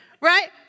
right